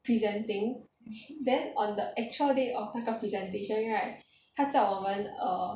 presenting then on the actual day of 那个 presentation right 他叫我们 err